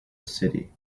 city